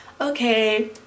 okay